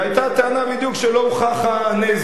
והיתה אותה טענה בדיוק, שלא הוכח הנזק.